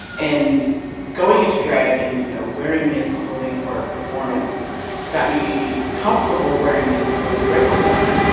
and going into drag and you know wearing men's clothing for performance got me comfortable wearing men's clothes and regular life.